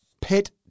pet